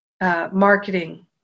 marketing